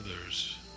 others